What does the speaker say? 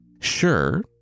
Sure